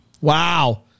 Wow